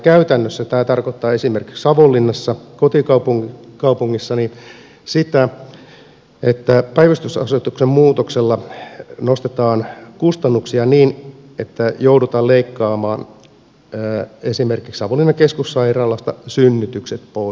käytännössä tämä tarkoittaa esimerkiksi savonlinnassa kotikaupungissani sitä että päivystysasetuksen muutoksella nostetaan kustannuksia niin että joudutaan leikkaamaan esimerkiksi savonlinnan keskussairaalasta synnytykset pois